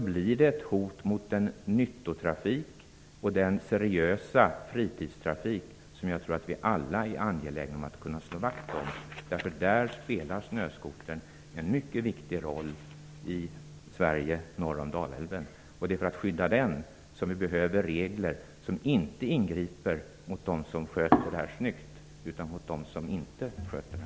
Buskörningen tilltar, och det sker allt fler olyckor med dödlig utgång. Snöskotern spelar en mycket viktig roll norr om Dalälven i Sverige. Det är för att skydda den som vi behöver regler. Man skall inte ingripa mot dem som sköter detta snyggt utan mot dem som inte sköter sig.